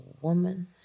woman